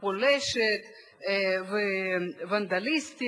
פולשת וונדליסטית,